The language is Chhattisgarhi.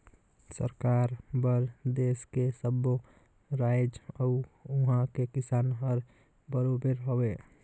सरकार बर देस के सब्बो रायाज अउ उहां के किसान हर बरोबर हवे